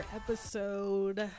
episode